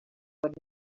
would